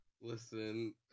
Listen